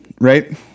Right